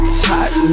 tight